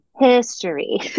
history